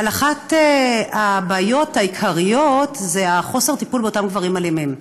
אבל אחת הבעיות העיקריות זה חוסר הטיפול באותם גברים אלימים,